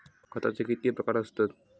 खताचे कितके प्रकार असतत?